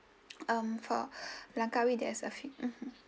um for langkawi there is a few mmhmm